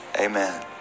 amen